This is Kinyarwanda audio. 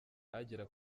agera